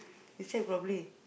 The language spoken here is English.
you check properly